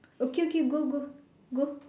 okay okay go go go